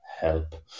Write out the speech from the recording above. help